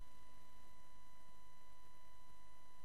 אין